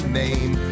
name